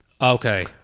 Okay